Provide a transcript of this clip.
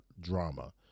drama